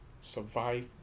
survive